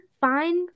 Fine